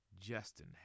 Justin